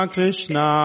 Krishna